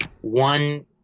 one